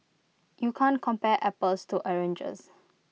you can't compare apples to oranges